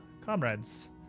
comrades